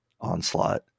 Onslaught